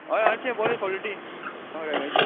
हय आनी बोरी क्वॉलिटी हय रव्याची